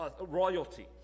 royalty